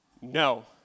no